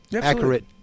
Accurate